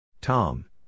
Tom